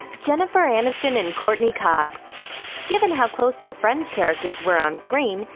jennifer aniston and courteney cox given how close their friends characters were on-screen,